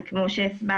זה כמו שהסברתי,